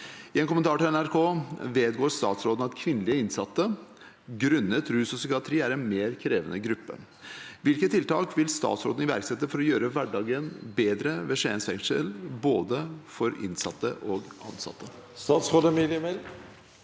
I en kommentar til NRK vedgår statsråden at kvinnelige innsatte grunnet rus og psykiatri er en mer krevende gruppe. Hvilke tiltak vil statsråden iverksette for å gjøre hverdagen bedre ved Skien fengsel, både for innsatte og ansatte?»